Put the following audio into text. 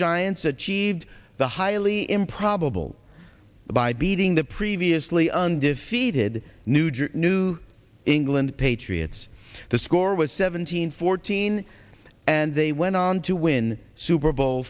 giants achieved the highly improbable by beating the previously undefeated new jersey new england patriots the score was seventeen fourteen and they went on to win super bowl